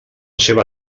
seva